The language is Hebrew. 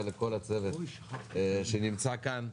ולכל הצוות שנמצא כאן,